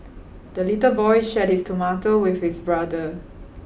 the little boy shared his tomato with his brother